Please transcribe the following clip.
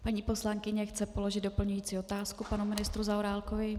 Paní poslankyně chce položit doplňující otázku panu ministru Zaorálkovi.